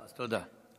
אז תודה.